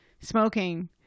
smoking